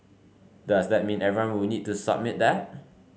does that mean everyone would need to submit that